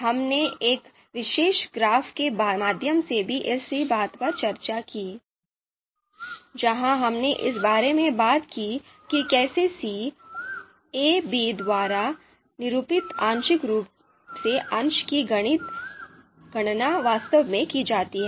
हमने एक विशेष ग्राफ के माध्यम से भी इसी बात पर चर्चा की जहां हमने इस बारे में बात की कि कैसे c a b द्वारा निरूपित आंशिक रूप से अंश की गणना वास्तव में की जाती है